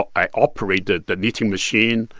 i operated the knitting machine.